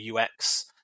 UX